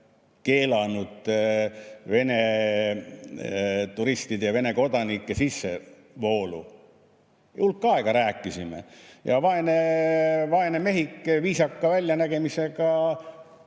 keelanud Vene turistide ja Vene kodanike sissevoolu. Hulk aega rääkisime. Ja vaene mehike, viisaka väljanägemisega,